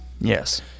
Yes